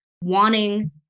wanting